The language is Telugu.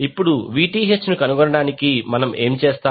ఇప్పుడు VTh ను కనుగొనడానికి మనం ఏం చేస్తాం